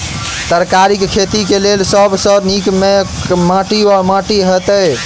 तरकारीक खेती केँ लेल सब सऽ नीक केँ माटि वा माटि हेतै?